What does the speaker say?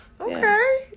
Okay